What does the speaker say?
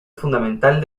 fundamental